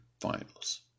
Finals